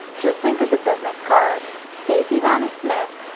just think of the business cards stacey vanek smith,